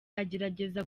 agerageza